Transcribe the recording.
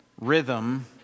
rhythm